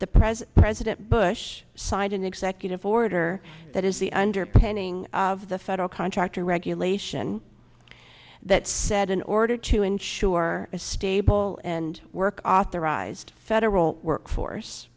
the pres president bush signed an executive order that is the underpinning of the federal contractor regulation that said in order to ensure a stable and work authorized federal workforce